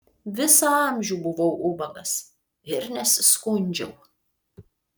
visą amžių buvau ubagas ir nesiskundžiau